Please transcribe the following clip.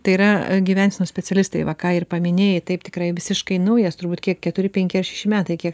tai yra gyvensenos specialistai va ką ir paminėjai taip tikrai visiškai naujas turbūt kiek keturi penki ar šeši metai kiek